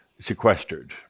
sequestered